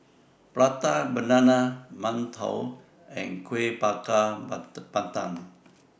Prata Banana mantou and Kuih Bakar Pandan